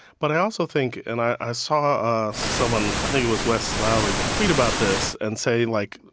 but i also think and i saw ah someone, i think it was wes lowery, tweet about this and say, like,